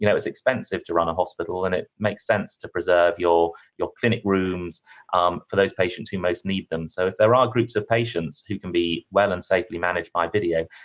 you know it's expensive to run a hospital and it makes sense to preserve your your clinic rooms um for those patients who most need them. so, if there are groups of patients who can be well and safely managed by video,